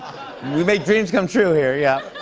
we make dreams come true here, yeah.